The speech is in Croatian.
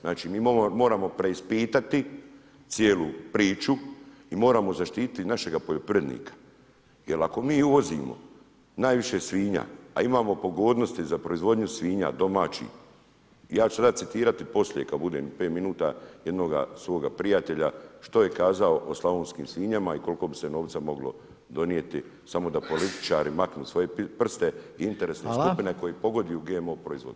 Znači mi moramo preispitati cijelu priču i moramo zaštititi poljoprivrednika jer ako mi uvozimo najviše svinja a imamo pogodnosti za proizvodnju svinja, domaćih, ja ću sada citirati poslije kad budem 5 minuta, jednoga svoga prijatelja što je kazao o slavonskim svinjama i koliko bi se novca moglo donijeti samo da političari maknu svoje prste i interesne skupine koje pogoduju GMO proizvodnji.